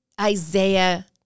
Isaiah